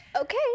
okay